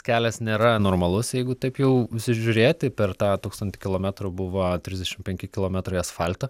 kelias nėra normalus jeigu taip jau pasižiūrėti per tą tūkstantį kilometrų buvo trisdešimt penki kilometrai asfalto